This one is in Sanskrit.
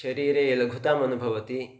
शरीरे लघुतामनुभवति